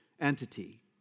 entity